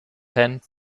hand